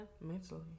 mentally